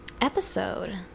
episode